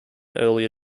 earlier